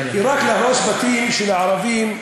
כי רק להרוס בתים של ערבים,